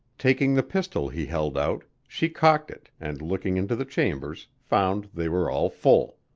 taking the pistol he held out, she cocked it, and looking into the chambers, found they were all full.